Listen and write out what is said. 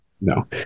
no